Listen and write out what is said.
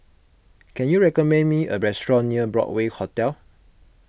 can you recommend me a restaurant near Broadway Hotel